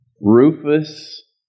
Rufus